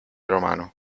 romano